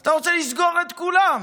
אתה רוצה לסגור את כולם.